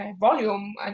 volume